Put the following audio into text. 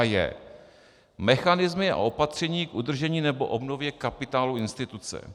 j) mechanismy a opatření k udržení nebo obnově kapitálu instituce,